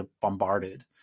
bombarded